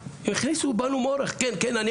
הכניסו בנו מורך, כן, כן.